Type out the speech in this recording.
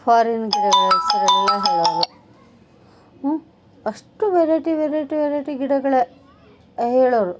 foreign ಗಿಡಗಳ ಹೆಸರೆಲ್ಲಾ ಹೇಳೋರು ಅಷ್ಟು ವೆರೈಟಿ ವೆರೈಟಿ ವೆರೈಟಿ ಗಿಡಗಳೇ ಹೇಳೋರು